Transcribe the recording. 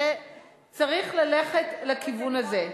צריך ללכת לכיוון הזה.